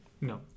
No